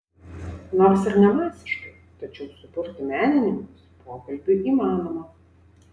nors ir ne masiškai tačiau suburti menininkus pokalbiui įmanoma